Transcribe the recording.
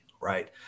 Right